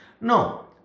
No